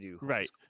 right